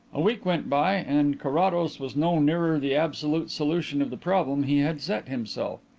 a week went by and carrados was no nearer the absolute solution of the problem he had set himself.